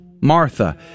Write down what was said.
Martha